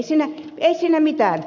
ei siinä mitään